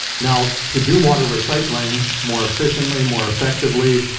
now to do water recycling more efficiently, more effectively,